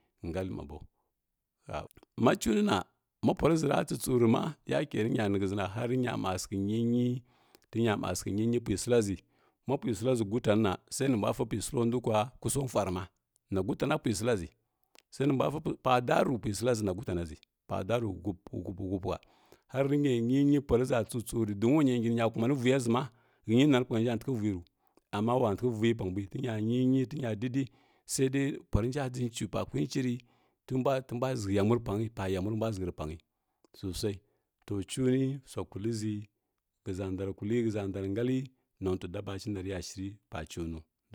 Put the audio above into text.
ha ma cunina ma pwa rəʒa tsətsorə ma yakə rənya nə həʒə ma rə nya ma səghə niy niy tə nyama səghə niy niy pwi səlla ʒə mce pwi səlla ʒa gutanana sai nə mbwa fə pwi səllondə kwo kosaon pwarə ma, na gutana pwi səlla ʒa sai pa-pa dara, pa daro pwi səlla ʒa ghup ghup ha harə nyi niy niy pwa rə ʒa tsətsuri dun wanya ngi nə nyo kokimʒnə vuga ʒə ma həny nonə pwarəija təghə vowə rəghu amma wa təghə vəjə pa mbwi tənya nə nə tə nya dədə sai dai pwa rəniə dʒə nawə pa huci rə tə nbwa- təmbwa ʒəghə yamwi rə pwanə pa yamwi rə mbwa ʒəghə rə pwanəghə sosai, to cuni swa kullə ʒə həʒa ndarə kullə həʒa ndawə ngalləy noty daba shi na rəya shiru pa cuno.